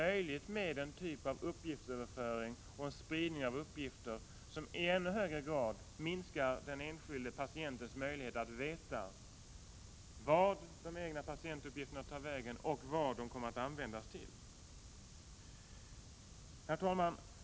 1987/88:21 möjligt med en typ av uppgiftsöverföring och en spridning av uppgifter, somi 11 november 1987 ännu högre grad minskar den enskilde patientens möjlighet att veta vartde. Hua egna patientuppgifterna tar vägen och vad de kommer att användas till. Herr talman!